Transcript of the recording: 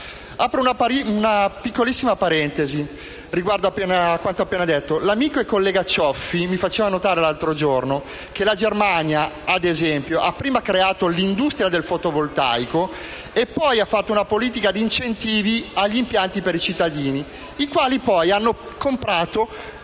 Apro una parentesi riguardo a quanto appena detto. L'amico e collega Cioffi mi faceva notare l'altro giorno che la Germania, ad esempio, ha prima creato l'industria del fotovoltaico e poi ha fatto una politica di incentivi agli impianti per i cittadini, i quali hanno comprato